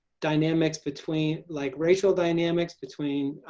dynamics between like racial dynamics. between